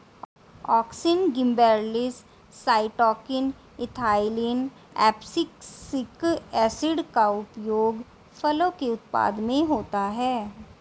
auxin, gibberellins, cytokinin, ethylene, abscisic acid का उपयोग फलों के उत्पादन में होता है